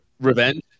revenge